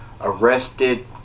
arrested